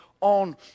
on